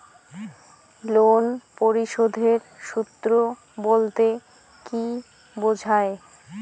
Loan পরিশোধের সূএ বলতে কি বোঝায়?